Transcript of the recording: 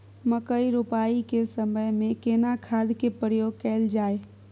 मकई रोपाई के समय में केना खाद के प्रयोग कैल जाय?